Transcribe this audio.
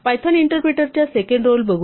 Python इंटरप्रिटरचा second role बघूया